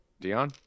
Dion